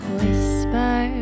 Whisper